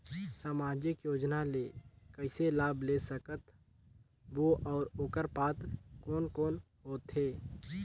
समाजिक योजना ले कइसे लाभ ले सकत बो और ओकर पात्र कोन कोन हो थे?